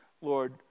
Lord